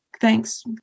thanks